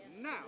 now